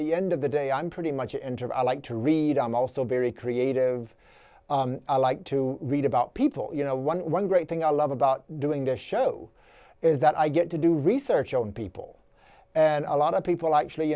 the end of the day i'm pretty much enter i like to read i'm also very creative i like to read about people you know one one great thing i love about doing the show is that i get to do research on people and a lot of people actually